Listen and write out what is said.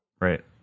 Right